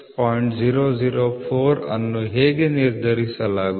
004 ಅನ್ನು ಹೇಗೆ ನಿರ್ಧರಿಸಲಾಗುತ್ತದೆ